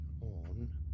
on